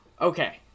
okay